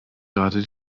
gerade